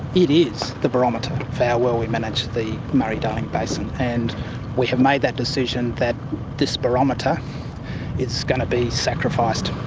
it is the barometer for how well we manage the murray-darling basin. and we have made that decision that this barometer is going to be sacrificed.